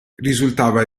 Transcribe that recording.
risultava